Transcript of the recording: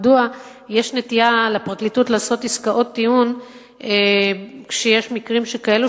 מדוע יש נטייה לפרקליטות לעשות עסקאות טיעון כשיש מקרים שכאלו,